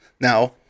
Now